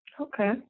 Okay